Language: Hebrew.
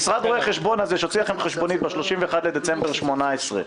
משרד רואי החשבון שהוציא לכם חשבונית ב-31 בדצמבר 2018,